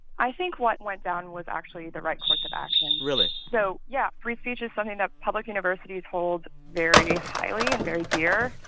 i think what went down was actually the right course of action really? so yeah, free speech is something that public universities hold very highly and very dear.